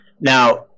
Now